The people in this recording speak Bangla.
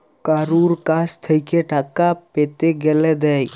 কারুর কাছ থেক্যে টাকা পেতে গ্যালে দেয়